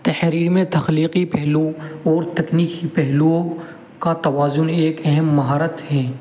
تحریر میں تخلیقی پہلو اور تکنیکی پہلوؤں کا توازن ایک اہم مہارت ہے